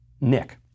Nick